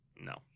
No